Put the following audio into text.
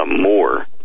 more